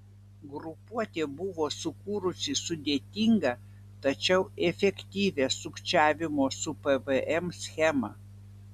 grupuotė buvo sukūrusi sudėtingą tačiau efektyvią sukčiavimo su pvm schemą